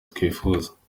twifuza